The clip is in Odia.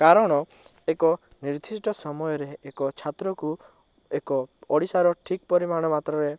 କାରଣ ଏକ ନିଦ୍ଧିଷ୍ଟ ସମୟରେ ଏକ ଛାତ୍ରକୁ ଏକ ଓଡ଼ିଶାର ଠିକ୍ ପରିମାଣ ମାତ୍ରାରେ